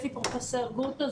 לפי פרופ' גרוטו,